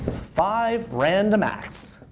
five random acts.